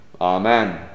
Amen